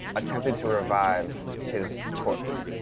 attempted to revive his corpse.